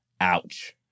Ouch